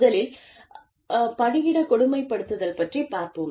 முதலில் பணியிட கொடுமைப்படுத்துதல் பற்றிப் பார்ப்போம்